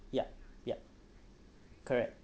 yup yup correct